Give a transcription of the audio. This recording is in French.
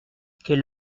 quel